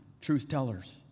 truth-tellers